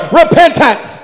repentance